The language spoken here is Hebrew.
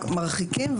רק מרחיקים,